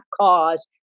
cause